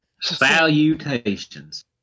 Salutations